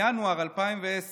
בינואר 2010